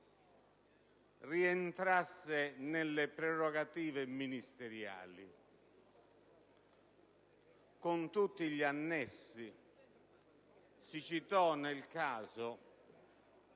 rientrasse nelle prerogative ministeriali, con tutti gli annessi. Si citò nel caso